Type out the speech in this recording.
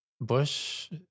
Bush